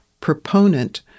proponent